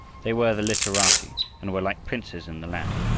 they were the literati, and were like princes in the land.